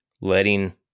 letting